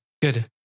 Good